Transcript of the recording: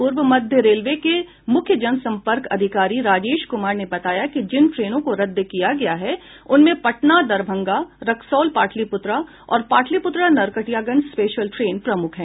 पूर्व मध्य रेलवे के मुख्य जनसंपर्क अधिकारी राजेश कुमार ने बताया कि जिन ट्रेनों को रद्द किया गया है उनमें पटना दरभंगा रक्सौल पाटलिपुत्र और पाटलिपुत्र नरकटियागंज स्पेशल ट्रेन प्रमुख हैं